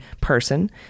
person